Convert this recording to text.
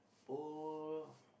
whole